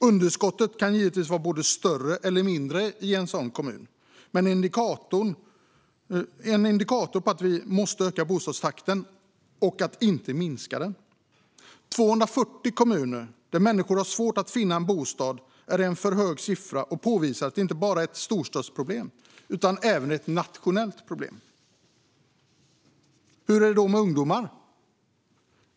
Underskottet kan givetvis vara både större och mindre i en sådan kommun, men detta är en indikator på att vi måste öka bostadstakten och inte minska den. Antalet kommuner där människor har svårt att finna en bostad är 240. Det är en för hög siffra, och det påvisar att detta inte bara är ett storstadsproblem utan även ett nationellt problem. Hur är det då med ungdomar?